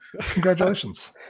Congratulations